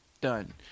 done